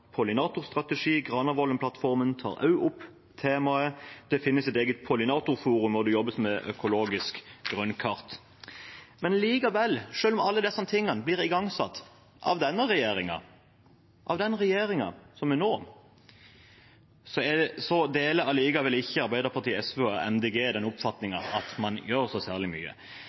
pollinatorstrategi, Granavolden-plattformen tar også opp temaet, det finnes et eget pollinatorforum, og det jobbes med økologisk grunnkart. Likevel, selv om alle disse tingene blir igangsatt av denne regjeringen – av den regjeringen som er nå – deler ikke Arbeiderpartiet, SV og Miljøpartiet De Grønne den oppfatningen at man gjør så særlig mye.